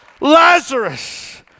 Lazarus